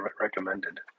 recommended